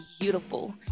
beautiful